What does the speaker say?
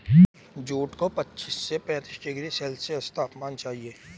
jute को पच्चीस से पैंतीस डिग्री सेल्सियस तापमान चाहिए